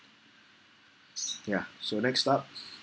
ya so next up